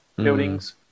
buildings